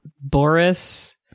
Boris